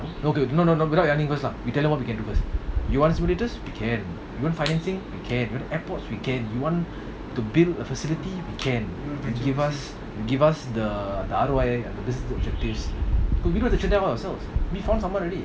no okay no no we tell them what we can do first you wanted stimulators we can you want financing you want airports you want to build a facility we can give us give us the the ourselves we found someone already